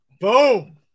Boom